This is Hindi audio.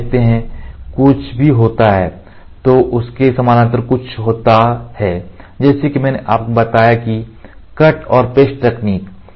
आप देखते हैं कुछ भी होता है तो उसके समानांतर में कुछ होता है जैसा कि मैंने आपको बताया कि कट और पेस्ट तकनीक